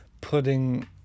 putting